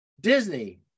Disney